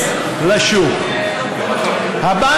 אני לא,